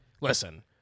Listen